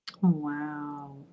Wow